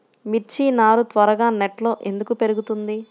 మిర్చి నారు త్వరగా నెట్లో ఎందుకు పెరుగుతుంది?